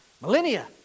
millennia